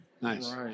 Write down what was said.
Nice